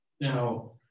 Now